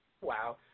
Wow